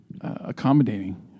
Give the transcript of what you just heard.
Accommodating